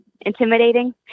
intimidating